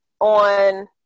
on